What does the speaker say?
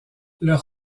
leur